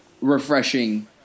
refreshing